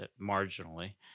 marginally